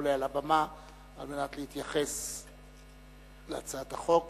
העולה לבמה כדי להתייחס להצעת החוק,